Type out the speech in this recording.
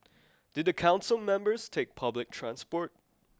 do the council members take public transport